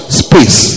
space